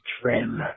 trim